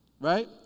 right